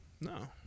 No